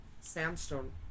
sandstone